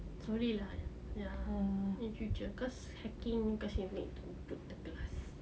slowly lah ya in the future cause hacking cause you need to break the glass